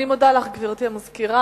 אני מודה לך, גברתי המזכירה.